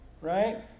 right